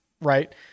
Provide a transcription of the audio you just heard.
right